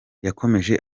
yakomeje